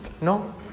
¿no